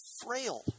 frail